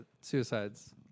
suicides